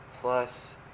Plus